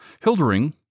Hildering